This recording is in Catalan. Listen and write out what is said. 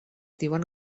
diuen